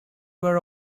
were